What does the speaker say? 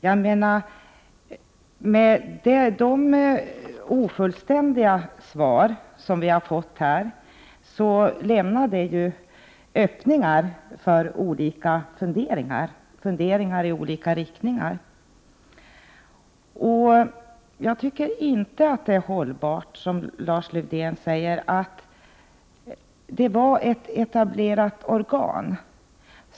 Jag menar att de ofullständiga svar som vi har fått här lämnar öppningar för funderingar i olika riktningar. Jag tycker inte att det är hållbart att säga, som Lars-Erik Lövdén gör, att det var fråga om ett etablerat organ.